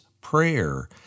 prayer